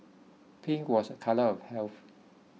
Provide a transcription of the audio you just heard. pink was a colour of health